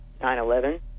9-11